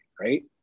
right